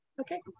Okay